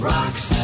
Rocks